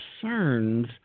concerns